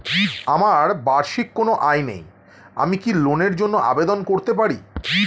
আমার বার্ষিক কোন আয় নেই আমি কি লোনের জন্য আবেদন করতে পারি?